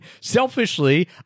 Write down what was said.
selfishly